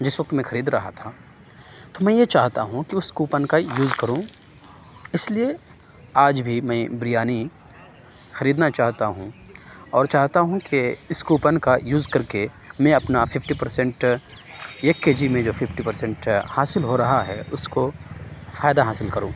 جس وقت میں خرید رہا تھا تو میں یہ چاہتا ہوں کہ اُس کوپن کا یوز کروں اِس لیے آج بھی میں بریانی خریدنا چاہتا ہوں اور چاہتا ہوں کہ اِس کوپن کا یوز کر کے میں اپنا ففٹی پرسینٹ ایک کے جی میں جو ففٹی پرسینٹ حاصل ہو رہا ہے اُس کو فائدہ حاصل کروں